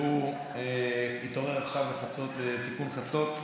שהוא התעורר עכשיו בחצות לתיקון חצות,